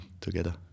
together